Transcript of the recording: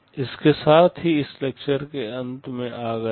इसके साथ ही हम इस लेक्चर के अंत में आ गए हैं